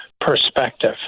perspective